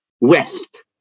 West